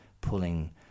pulling